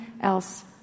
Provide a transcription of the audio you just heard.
else